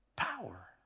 power